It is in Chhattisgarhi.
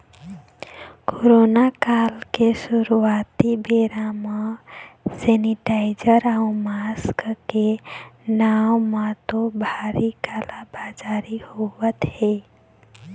कोरोना काल के शुरुआती बेरा म सेनीटाइजर अउ मास्क के नांव म तो भारी काला बजारी होय हे